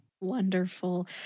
Wonderful